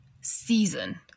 season